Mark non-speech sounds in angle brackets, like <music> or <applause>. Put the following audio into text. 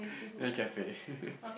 and cafe <laughs>